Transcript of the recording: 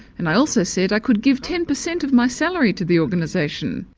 and i also said i could give ten percent of my salary to the organisation.